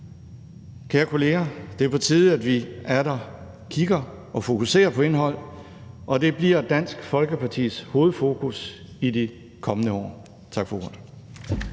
Kære kolleger, det er på tide, at vi atter kigger og fokuserer på indhold, og det bliver Dansk Folkepartis hovedfokus i de kommende år. Tak for ordet.